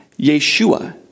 Yeshua